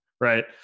right